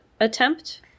attempt